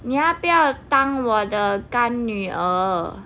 你要不要当我的干女儿